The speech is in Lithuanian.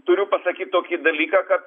turiu pasakyt tokį dalyką kad